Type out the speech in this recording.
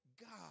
God